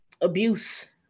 abuse